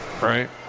Right